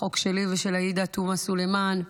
החוק שלי ושל עאידה תומא סלימאן,